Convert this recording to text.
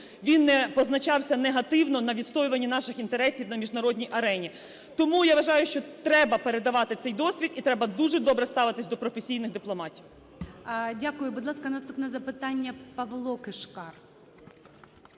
він не позначався негативно на відстоюванні наших інтересів на міжнародній арені. Тому я вважаю, що треба передавати цей досвід і треба дуже добре ставитися до професійних дипломатів. ГОЛОВУЮЧИЙ. Дякую. Будь ласка, наступне запитання, Павло Кишкар.